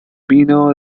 vino